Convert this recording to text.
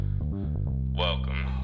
Welcome